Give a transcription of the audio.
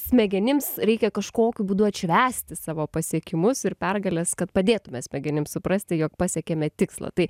smegenims reikia kažkokiu būdu atšvęsti savo pasiekimus ir pergales kad padėtume smegenims suprasti jog pasiekėme tikslą tai